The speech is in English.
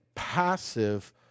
passive